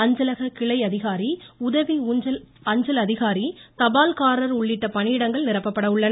அஞ்சலக கிளை அதிகாரி உதவி அஞ்சல் அதிகாரி தபால்காரர் உள்ளிட்ட பணியிடங்கள் நிரப்பப்பட உள்ளன